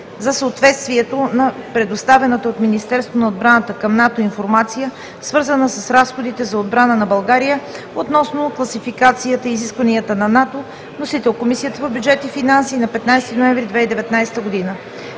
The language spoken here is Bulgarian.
за съответствието на предоставената от Министерството на отбраната към НАТО информация, свързана с разходите за отбрана на България съгласно класификацията и изискванията на НАТО. Вносител е Комисията по бюджет и финанси, 15 ноември 2019 г.